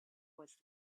was